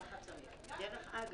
דרך אגב,